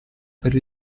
per